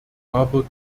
aber